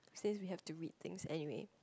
since we have to read things anyway